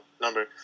number